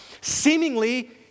seemingly